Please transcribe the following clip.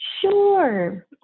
Sure